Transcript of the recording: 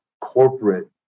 corporate